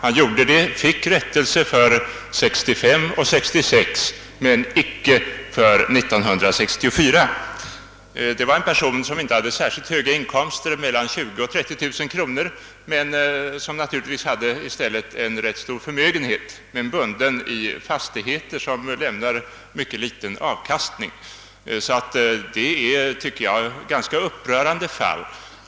Han gjorde det och fick rättelse för 1965 och 1966 men inte för 1964. Det är en person som inte har särskilt höga inkomster — mellan 20 000 och 30 000 kronor — men som naturligtvis i stället har en rätt stor förmögenhet, vilken kanske är bunden i fastigheter som lämnar liten avkastning. — Detta är, tycker jag, ett ganska upprörande fall.